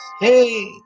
Hey